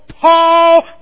Paul